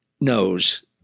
knows